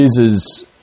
Jesus